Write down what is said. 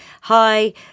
hi